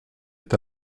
est